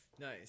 Nice